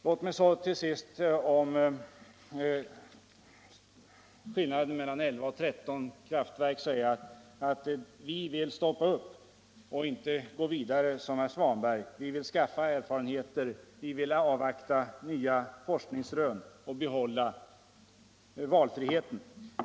Låt mig så till sist om skillnaden mellan 11 och 13 kraftverk säga att vi vill stoppa och inte gå vidare, som herr Svanberg vill. Vi vill skaffa erfarenheter. Vi vill avvakta nya forskningsrön och behålla valfriheten.